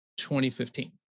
2015